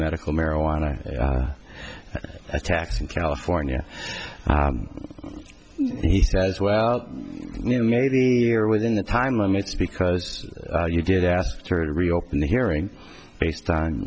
medical marijuana attacks in california he says well you know maybe you're within the time limits because you did ask her to reopen the hearing based on